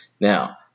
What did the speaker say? Now